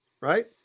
right